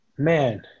Man